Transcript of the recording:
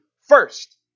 first